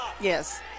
Yes